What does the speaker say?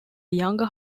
younger